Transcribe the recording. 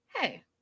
Hey